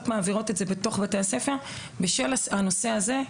מעבירות בתוך בתי הספר בשל הנושא הזה.